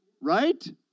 right